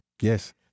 Yes